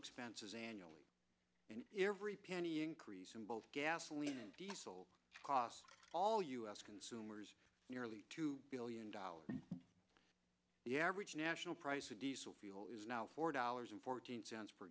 expenses annually and every penny increase in both gasoline and diesel costs all u s consumers nearly two billion dollars the average national price of diesel fuel is now four dollars and fourteen cents per